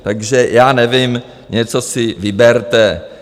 Takže já nevím, něco si vyberte.